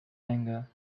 anger